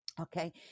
okay